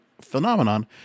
phenomenon